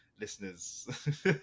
listeners